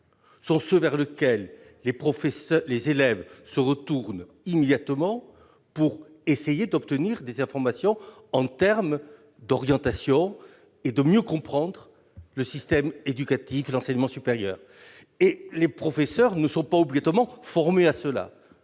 sont ceux vers lesquels les élèves se tournent immédiatement pour essayer d'obtenir des informations en matière d'orientation et pour mieux comprendre le système éducatif de l'enseignement supérieur. Or ils ne sont pas forcément formés à cela.